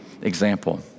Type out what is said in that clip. example